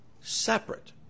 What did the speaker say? separate